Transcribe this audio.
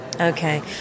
Okay